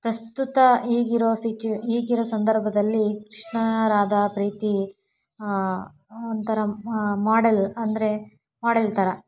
ಪ್ರಸ್ತುತ ಈಗಿರೋ ಸಿಚು ಈಗಿರೋ ಸಂದರ್ಭದಲ್ಲಿ ಕೃಷ್ಣ ರಾಧಾ ಪ್ರೀತಿ ಒಂಥರಾ ಮಾಡೆಲ್ ಅಂದರೆ ಮಾಡೆಲ್ ಥರ